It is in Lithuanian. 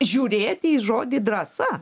žiūrėti į žodį drąsa